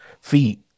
feet